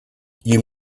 you